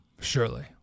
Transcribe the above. surely